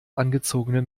angezogene